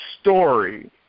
story